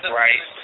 right